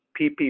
PPP